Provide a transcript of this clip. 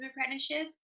apprenticeship